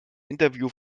interview